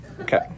okay